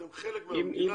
אתם חלק מהמדינה.